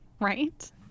right